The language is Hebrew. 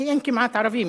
כי אין כמעט ערבים,